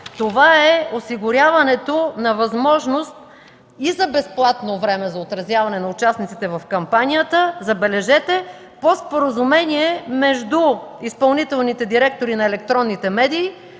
това е осигуряването на възможност и за безплатно време за отразяване на участниците в кампанията, забележете, по споразумение между изпълнителните директори на електронните медии